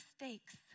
mistakes